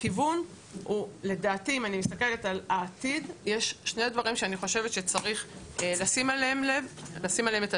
אם אני מסתכלת על העתיד יש שני דברים שלדעתי צריך לשים אליהם את הדגש.